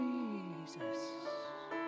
Jesus